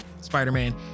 spider-man